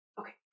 Okay